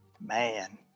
Man